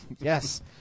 Yes